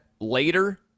later